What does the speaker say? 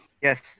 Yes